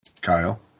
Kyle